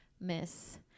Miss